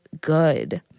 good